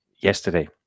yesterday